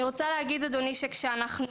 אני רוצה להגיד, אדוני, שכשאנחנו